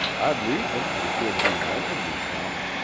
i'd read them if you'd be lendin' me some.